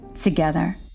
together